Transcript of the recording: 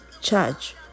charge